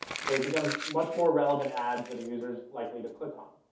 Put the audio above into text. so it becomes much more relevant ads that a user is likely to click on.